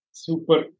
Super